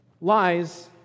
lies